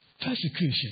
persecution